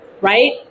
right